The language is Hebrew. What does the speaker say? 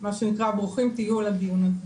ומה שנקרא ברוכים תהיו על הדיון הזה.